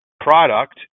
product